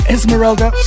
Esmeralda